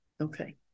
Okay